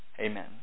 Amen